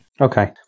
Okay